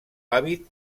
hàbit